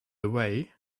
away